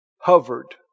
Hovered